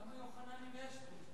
כמה יוחננים יש פה?